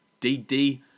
DD